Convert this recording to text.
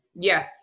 Yes